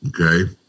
Okay